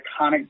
iconic